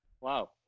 wow